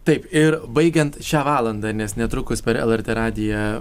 taip ir baigiant šią valandą nes netrukus per lrt radiją